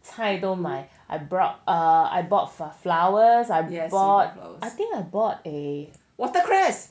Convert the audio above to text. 什么菜都买 I bought for flowers I bought I think I bought a watercress